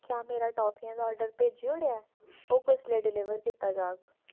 क्या मेरा टाफियां दा आर्डर भेजी ओड़ेआ ऐ ओह् कुसलै डलीवर कीता जाह्ग